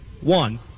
one